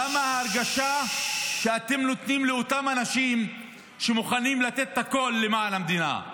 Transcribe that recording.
למה ההרגשה שאתם נותנים לאותם אנשים שמוכנים לתת הכול למען המדינה?